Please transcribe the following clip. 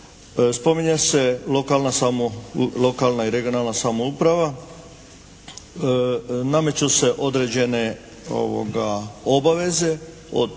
spominje se lokalna i regionalna samouprava. Nameću se određene obaveze od